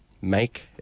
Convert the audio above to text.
make